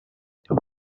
there